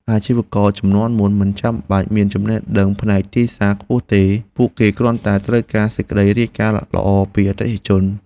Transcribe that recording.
អាជីវករជំនាន់មុនមិនចាំបាច់មានចំណេះដឹងផ្នែកទីផ្សារខ្ពស់ទេ ពួកគេគ្រាន់តែត្រូវការសេចក្តីរាយការណ៍ល្អពីអតិថិជន។